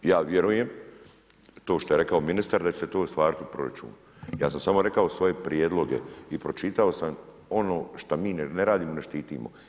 Ja vjerujem to što je rekao ministar da će se to ostvariti u proračunu, ja sam samo rekao svoje prijedloge i pročitao sam ono što mi ne radimo i ne štitimo.